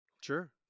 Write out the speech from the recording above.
Sure